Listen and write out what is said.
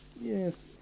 yes